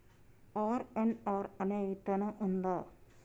RNR అనే విత్తనం ఉందా?